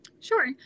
Sure